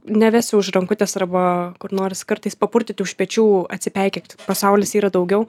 nevesiu už rankutės arba kur norisi kartais papurtyti už pečių atsipeikėti pasaulis yra daugiau